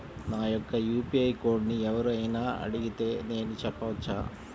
నా యొక్క యూ.పీ.ఐ కోడ్ని ఎవరు అయినా అడిగితే నేను చెప్పవచ్చా?